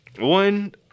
One